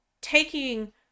taking